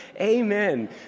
Amen